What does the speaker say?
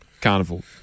Carnival